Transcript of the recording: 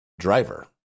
driver